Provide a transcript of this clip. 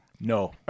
No